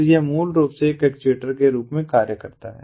तो यह मूल रूप से एक एक्चुएटर के रूप में कार्य करता है